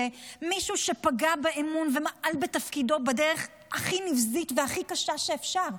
זה מישהו שפגע באמון ומעל בתפקידו בדרך הכי נבזית והכי קשה שאפשר.